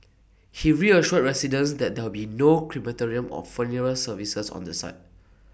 he reassured residents that there be no crematorium or funeral services on the site